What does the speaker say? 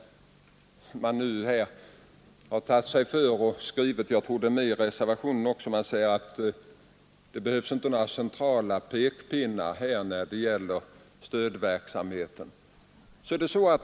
Man säger — detta är med i reservationen också — att det inte behövs några centrala pekpinnar för stödverksamheten.